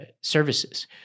services